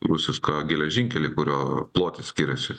rusišką geležinkelį kurio plotis skiriasi